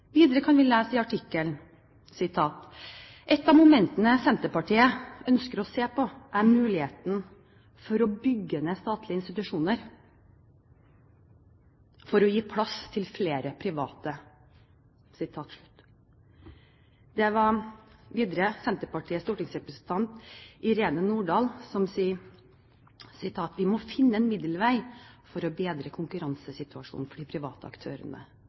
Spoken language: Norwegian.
Videre kan vi lese i artikkelen: «Et av momentene Senterpartiet ønsker skal bli sett på, er muligheten for å bygge ned statlige institusjoner for å gi plass til flere private.» Det var videre Senterpartiets stortingsrepresentant Irene Lange Nordahl som sa: «Vi må finne en middelvei for å bedre konkurransesituasjonen for de private aktørene.»